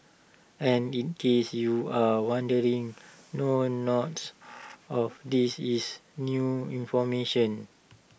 and in case you're wondering no not of these is new information